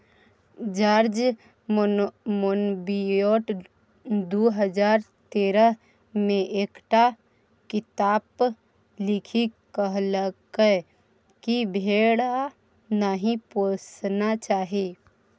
George Monbiot दु हजार तेरह मे एकटा किताप लिखि कहलकै कि भेड़ा नहि पोसना चाही